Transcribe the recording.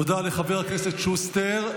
תודה לחבר הכנסת שוסטר.